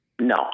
No